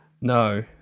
No